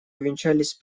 увенчались